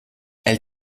elle